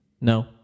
No